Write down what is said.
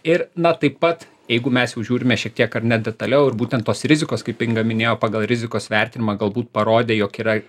ir na taip pat jeigu mes jau žiūrime šiek tiek ar ne detaliau ir būtent tos rizikos kaip inga minėjo pagal rizikos vertinimą galbūt parodė jog yra